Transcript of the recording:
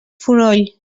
fonoll